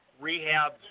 rehab